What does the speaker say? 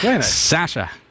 Sasha